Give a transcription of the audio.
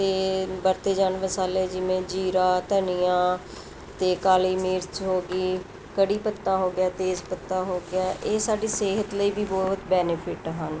ਅਤੇ ਵਰਤੇ ਜਾਣ ਮਸਾਲੇ ਜਿਵੇਂ ਜੀਰਾ ਧਨੀਆ ਅਤੇ ਕਾਲੀ ਮਿਰਚ ਹੋ ਗਈ ਕੜ੍ਹੀ ਪੱਤਾ ਹੋ ਗਿਆ ਤੇਜ਼ ਪੱਤਾ ਹੋ ਗਿਆ ਇਹ ਸਾਡੀ ਸਿਹਤ ਲਈ ਵੀ ਬਹੁਤ ਬੈਨੀਫਿੱਟ ਹਨ